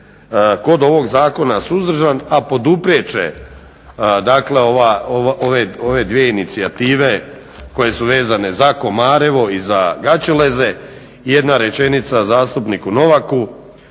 kod ovog zakona suzdržan, a poduprijet će dakle ove dvije inicijative koje su vezane za Komarevo i za Gaćeleze. Jedna rečenica zastupniku Novaku,